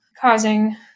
causing